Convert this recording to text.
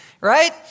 right